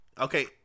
Okay